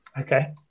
Okay